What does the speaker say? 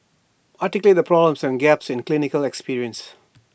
articulate the problems and gaps in clinical experience